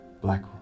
Black